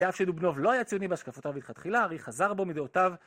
על אף שדובנוב לא היה ציוני בהשקפותיו מתחתחילה, הרי חזר בו מדעותיו.